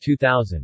2000